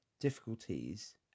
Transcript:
difficulties